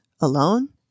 alone